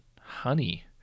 honey